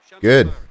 Good